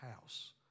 house